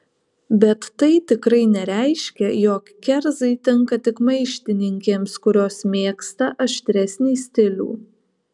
bet tai tikrai nereiškia jog kerzai tinka tik maištininkėms kurios mėgsta aštresnį stilių